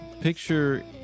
picture